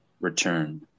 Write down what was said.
return